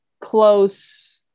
close